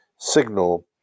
signal